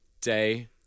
Day